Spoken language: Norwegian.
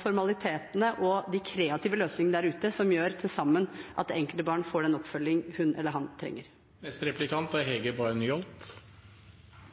formalitetene og de kreative løsningene der ute som til sammen gjør at det enkelte barnet får den oppfølgingen hun eller han trenger. Som foregående taler er